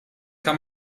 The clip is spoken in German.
kann